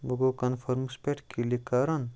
وۄنۍ گوٚو کَنفٲرمَس پٮ۪ٹھ کِلِک کَرُن